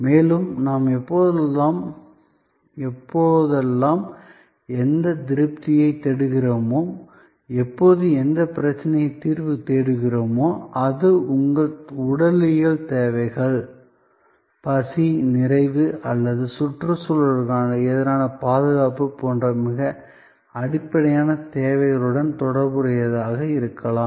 மேலும் நாம் எப்போதெல்லாம் எந்த திருப்தியைத் தேடுகிறோமோ எப்போது எந்தப் பிரச்சனைக்குத் தீர்வு தேடுகிறோமோ அது உங்கள் உடலியல் தேவைகள் பசி நிறைவு அல்லது சுற்றுச்சூழலுக்கு எதிரான பாதுகாப்பு போன்ற மிக அடிப்படையான தேவைகளுடன் தொடர்புடையதாக இருக்கலாம்